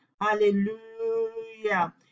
Hallelujah